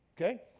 okay